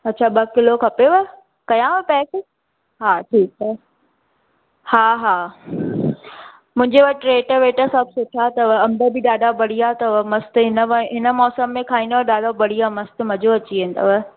अच्छा ॿ किलो खपेव कयांव पैक हा ठीकु आहे हा हा मुंहिंजे वटि रेट वेट सभु सुठा अथव अम्ब बि ॾाढा बढ़िया अथव मस्तु इनमें इन मौसम में खाईंदो ॾाढो बढ़िया मस्त मज़ो अची वेंदव